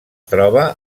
troba